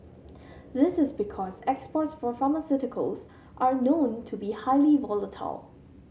this is because exports for pharmaceuticals are known to be highly volatile